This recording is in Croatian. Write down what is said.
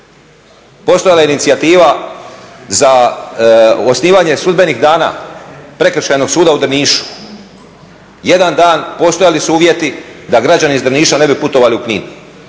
Postojala je inicijativa za osnivanje sudbenih dana prekršajnog suda u Drnišu. Jedan dan postojali su uvjeti da građani iz Drniša ne bi putovali u Knin.